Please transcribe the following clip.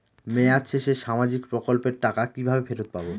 মেয়াদ শেষে সামাজিক প্রকল্পের টাকা কিভাবে ফেরত পাবো?